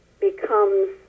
becomes